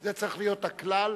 זה צריך להיות הכלל.